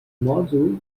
module